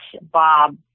Bob